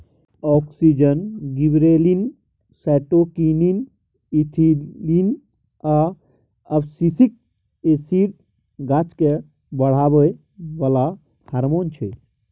auxin, gibberellin, cytokinin, ethylene आ abscisic acid गाछकेँ बढ़ाबै बला हारमोन छै